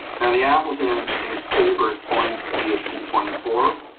now, the applicant in his favor is pointed to csp twenty four.